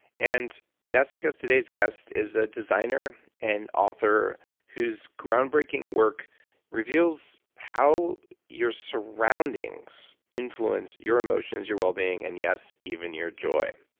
and that's because today's guest is a designer and author whose groundbreaking work reveals how your surroundings influence your emotions, your well-being and yes, even your joy.